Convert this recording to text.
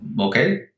Okay